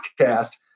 podcast